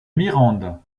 mirande